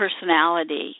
personality